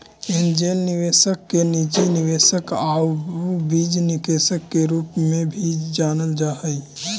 angel निवेशक के निजी निवेशक आउ बीज निवेशक के रूप में भी जानल जा हइ